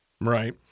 Right